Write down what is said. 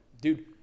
Dude